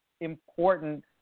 important